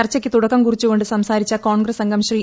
ചർച്ചയ്ക്ക് തുടക്കം കുറിച്ചു കൊണ്ട് സംസാരിച്ച കോൺഗ്രസ് അംഗം ശ്രീ